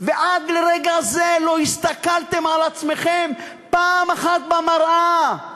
ועד לרגע זה לא הסתכלתם על עצמכם פעם אחת במראה,